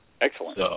Excellent